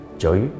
joy